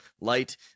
light